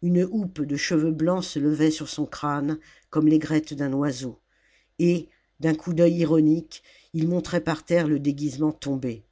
une houppe de cheveux blancs se levait sur son crâne comme l'aigrette d'un oiseau et d'un coup d'œil ironique il montrait par terre le déguisement tombé